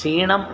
ക്ഷീണം